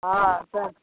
हँ